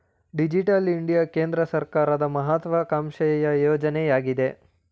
digital India ಕೇಂದ್ರ ಸರ್ಕಾರದ ಮಹತ್ವಾಕಾಂಕ್ಷೆಯ ಯೋಜನೆಯಗಿದೆ